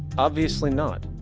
obviously not.